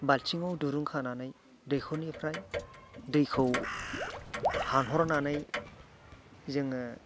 बालथिंआव दुरुं खानानै दैखरनिफ्राय दैखौ हानहरनानै जोङो